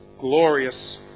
Glorious